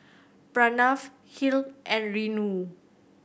Pranav Hri and Renu